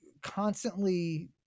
constantly